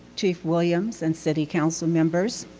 chief williams and city council members.